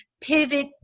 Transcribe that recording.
pivot